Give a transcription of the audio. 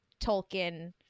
tolkien